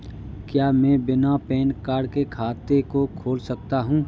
क्या मैं बिना पैन कार्ड के खाते को खोल सकता हूँ?